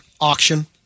auction